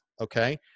Okay